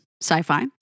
sci-fi